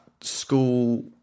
school